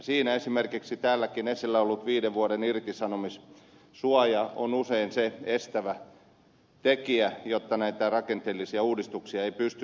siinä esimerkiksi täälläkin esillä ollut viiden vuoden irtisanomissuoja on usein se estävä tekijä että näitä rakenteellisia uudistuksia ei pystytä tekemään